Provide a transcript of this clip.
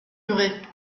murée